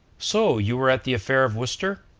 so you were at the affair of worcester?